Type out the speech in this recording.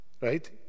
right